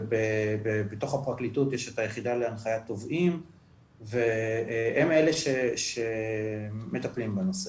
ובתוך הפרקליטות יש את היחידה להנחיית תובעים והם אלה שמטפלים בנושא.